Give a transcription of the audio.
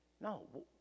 No